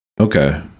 okay